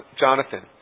Jonathan